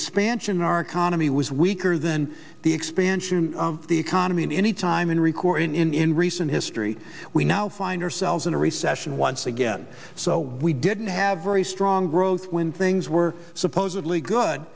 expansion our economy was weaker than the expansion of the economy at any time in record in in in recent history we now find ourselves in a recession once again so we didn't have very strong growth when things were supposedly good